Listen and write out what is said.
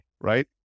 right